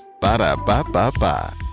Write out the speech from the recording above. Ba-da-ba-ba-ba